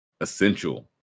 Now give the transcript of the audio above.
essential